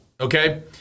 Okay